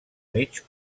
mig